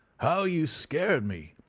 how you scared me!